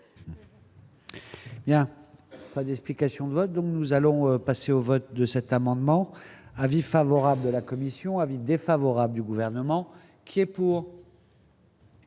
y a pas d'explication de vote, donc nous allons passer au vote de cet amendement avis favorable de la commission avis défavorable du gouvernement qui est pour.